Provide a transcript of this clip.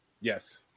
yes